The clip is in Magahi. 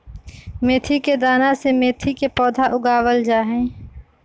मेथी के दाना से मेथी के पौधा उगावल जाहई